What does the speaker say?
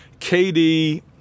KD –